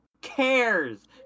cares